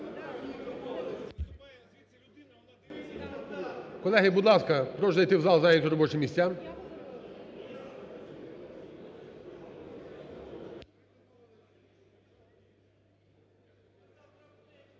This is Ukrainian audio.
Колеги, будь ласка, прошу зайти в зал, зайняти робочі місця.